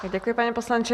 Děkuji, pane poslanče.